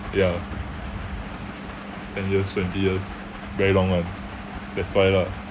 ya ten years twenty years very long [one] that's why lah